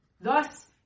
Thus